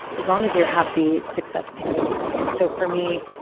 as long as you're happy, success can be anything. and so for me,